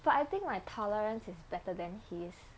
but I think my tolerance is better than he is